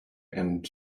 and